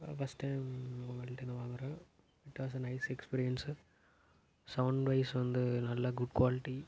first time உங்கள்டேருந்து வாங்குகிறேன் it was a nice experience sound wise வந்து நல்லா குட் குவாலிட்டி